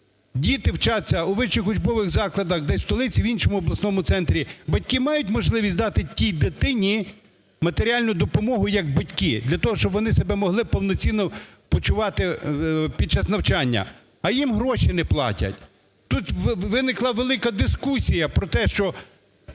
діти вчаться у вищих учбових закладах десь у столиці, в іншому обласному центрі, батьки мають можливість дати тій дитині матеріальну допомогу як батьки для того, щоб вони себе могли повноцінно почувати під час навчання? А їм гроші не платять. Тут виникла велика дискусія про те, що